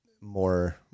more